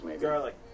garlic